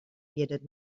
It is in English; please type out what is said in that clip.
bearded